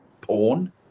porn